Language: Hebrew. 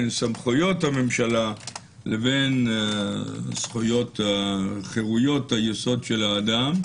סמכויות הממשלה לבין חירויות היסוד של האדם,